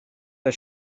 the